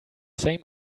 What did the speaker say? same